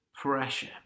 pressure